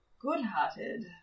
good-hearted